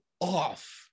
off